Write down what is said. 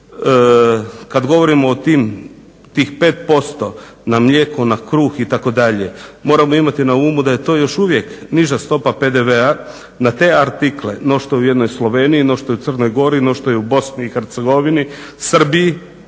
Kad govorim o tih 5% na mlijeko, na kruh itd., moramo imati na umu da je to još uvijek niža stopa PDV-a na te artikle no što je u jednoj Sloveniji, no što je u Crnoj Gori, no što je u BiH, Srbiji,